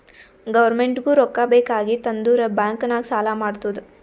ಗೌರ್ಮೆಂಟ್ಗೂ ರೊಕ್ಕಾ ಬೇಕ್ ಆಗಿತ್ತ್ ಅಂದುರ್ ಬ್ಯಾಂಕ್ ನಾಗ್ ಸಾಲಾ ಮಾಡ್ತುದ್